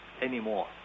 anymore